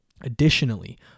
Additionally